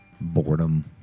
boredom